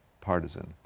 partisan